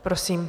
Prosím.